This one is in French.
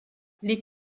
les